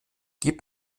gib